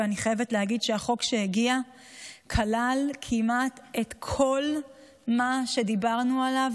ואני חייבת להגיד שהחוק שמגיע כולל כמעט את כל מה שדיברנו עליו